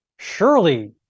Surely